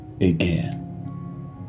again